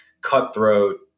cutthroat